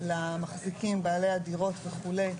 למחזיקים בעלי הדירות וכולי,